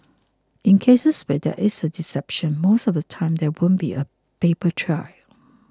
in cases where there is deception most of the time there won't be a paper trail